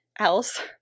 else